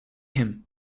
him